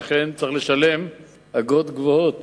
שכן צריך לשלם אגרות גבוהות